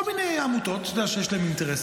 כל מיני עמותות, אתה יודע, שיש להן אינטרסים.